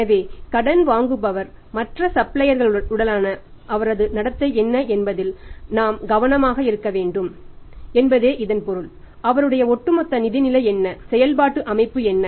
எனவே கடன் வாங்குபவர் மற்ற சப்ளையர்களுடனான அவரது நடத்தை என்ன என்பதில் நாங்கள் கவனமாக இருக்க வேண்டும் என்பதே இதன் பொருள் அவருடைய ஒட்டுமொத்த நிதி நிலை என்ன செயல்பாட்டு அமைப்பு என்ன